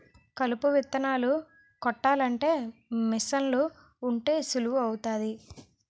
కలుపు విత్తనాలు కొట్టాలంటే మీసన్లు ఉంటే సులువు అవుతాది